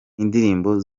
indirimbo